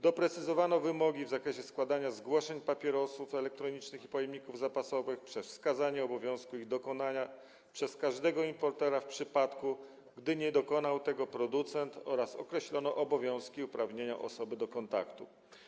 Doprecyzowano wymogi w zakresie składania zgłoszeń papierosów elektronicznych i pojemników zapasowych przez wskazanie obowiązku ich dokonania przez każdego importera w przypadku, gdy nie dokonał tego producent, oraz określono obowiązki i uprawnienia osoby do kontaktu.